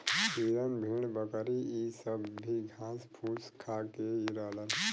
हिरन भेड़ बकरी इ सब भी घास फूस खा के ही रहलन